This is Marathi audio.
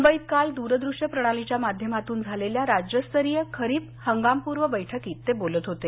मुंबईत काल दूरदृश्य प्रणालीच्या माध्यमातून झालेल्या राज्यस्तरीय खरीप हंगामपूर्व बैठकीत ते बोलत होते